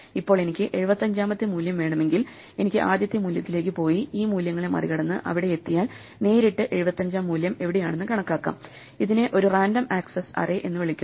ഇപ്പോൾ എനിക്ക് 75 ാമത്തെ മൂല്യം വേണമെങ്കിൽ എനിക്ക് ആദ്യത്തെ മൂല്യത്തിലേക്ക് പോയി ഈ മൂല്യങ്ങളെ മറികടന്ന് അവിടെയെത്തിയാൽ നേരിട്ട് 75 ാം മൂല്യം എവിടെയാണെന്ന് കണക്കാക്കാം ഇതിനെ ഒരു റാൻഡം ആക്സസ് അറേ എന്ന് വിളിക്കുന്നു